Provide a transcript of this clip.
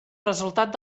resultat